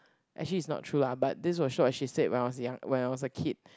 actually is not true lah but this was what she said when I was young when I was a kid